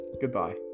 Goodbye